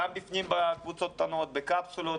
גם בפנים בקבוצות קטנות, בקפסולות.